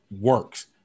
works